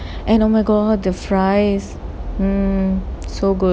and oh my god the fries mm so good